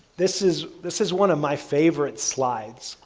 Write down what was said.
this is this is one of my favorite slides.